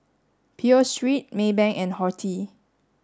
Pho Street Maybank and Horti